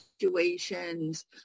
situations